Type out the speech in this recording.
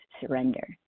surrender